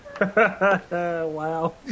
Wow